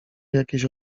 jakieś